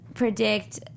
predict